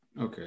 Okay